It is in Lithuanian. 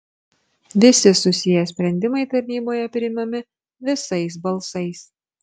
visi susiję sprendimai taryboje priimami visais balsais